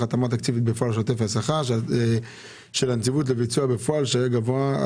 התאמה תקציבית בפועל שוטף לשכר של הנציבות לביצוע בפועל שהיה גבוה.